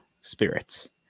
spirits